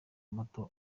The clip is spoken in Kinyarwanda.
muto